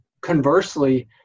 Conversely